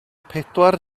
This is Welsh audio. pedwar